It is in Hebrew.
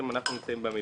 אנחנו נמצאים במלכוד.